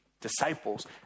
disciples